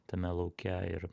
tame lauke ir